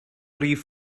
rif